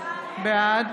בעד